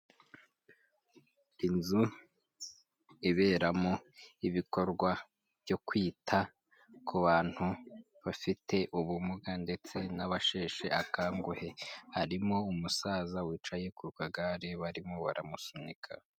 Inzu iberamo ibikorwa byo kwita ku bantu bafite ubumuga ndetse n'abasheshe akanguhe harimo umusaza wicaye ku kagare barimo baramusunika.